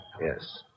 Yes